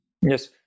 yes